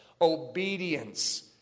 Obedience